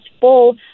full